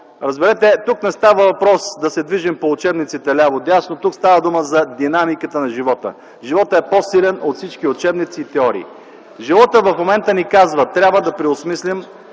разберете, тук не става въпрос да се движим по учебниците ляво-дясно, тук става дума за динамиката на живота. Животът е по-силен от всички учебници и теории. Животът в момента ни казва: „Трябва да преосмислим